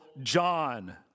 John